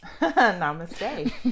Namaste